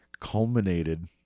Culminated